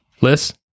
Liz